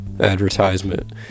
advertisement